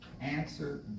answer